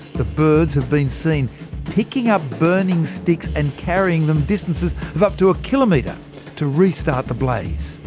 the birds have been seen picking up burning sticks and carrying them distances of up to a kilometre to restart the blaze.